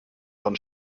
von